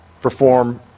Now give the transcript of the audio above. perform